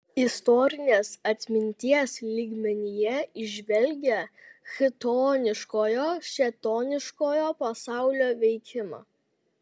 istorinės atminties lygmenyje įžvelgė chtoniškojo šėtoniškojo pasaulio veikimą